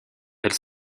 elle